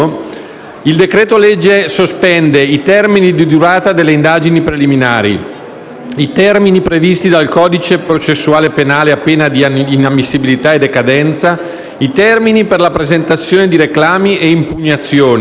il decreto-legge sospende i termini di durata delle indagini preliminari; i termini previsti dal codice processuale penale, a pena di inammissibilità e di decadenza; i termini per la presentazione di reclami e impugnazioni.